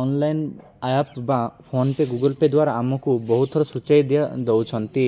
online app ବା PhonePe' Google Pay' ଦ୍ୱାରା ଆମକୁ ବହୁତ ଥର ସୂଚାଇ ଦେଉଛନ୍ତି